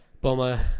Boma